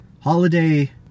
Holiday